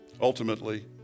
ultimately